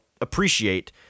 appreciate